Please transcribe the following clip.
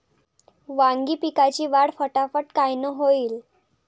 वांगी पिकाची वाढ फटाफट कायनं होईल?